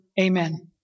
Amen